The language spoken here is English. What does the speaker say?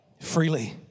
freely